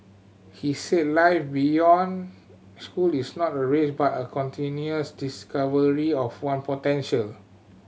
he said life beyond school is not a race but a continuous discovery of one potential